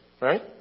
Right